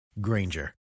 Granger